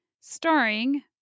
starring